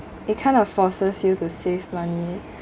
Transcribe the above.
it kind of forces you to save money